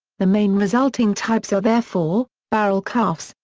the main resulting types are therefore barrel cuffs,